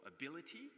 ability